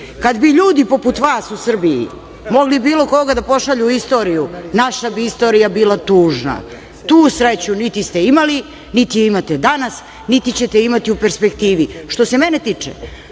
Kad bi ljudi poput vas u Srbiji mogli bilo koga da pošalju u istoriju, naša bi istorija bila tužna. Tu sreću niti ste imali, niti je imate danas, niti ćete imati u perspektivi. Što se mene tiče,